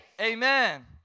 Amen